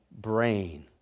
brain